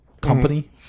company